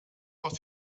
was